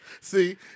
See